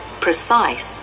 precise